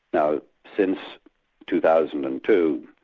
now since two thousand and two,